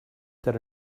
that